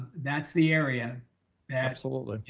that's the area absolutely. yeah